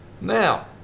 Now